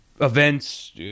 events